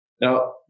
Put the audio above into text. Now